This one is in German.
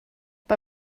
bei